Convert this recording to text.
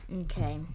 Okay